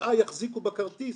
ששבעה יחזיקו בכרטיס